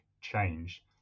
change